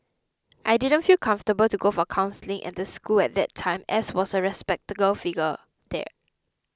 I didn't feel comfortable to go for counselling at the school at that time as was a respectable figure there